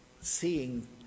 seeing